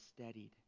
steadied